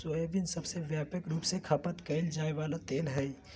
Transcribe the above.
soybean सबसे व्यापक रूप से खपत कइल जा वला तेल हइ